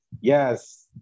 yes